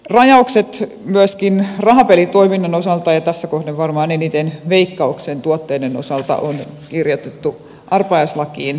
rajaukset myöskin rahapelitoiminnan osalta ja tässä kohdin varmaan eniten veikkauksen tuotteiden osalta on kirjoitettu arpajaislakiin